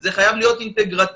זה חייב להיות אינטגרטיבי,